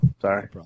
sorry